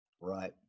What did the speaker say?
Right